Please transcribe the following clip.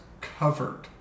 covered